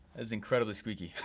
is incredibly squeaky.